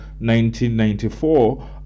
1994